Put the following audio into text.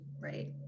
right